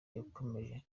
yakomeje